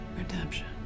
Redemption